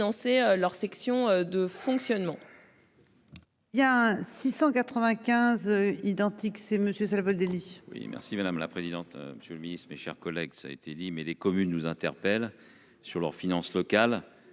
leur section de fonctionnement.--